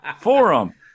forum